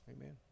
Amen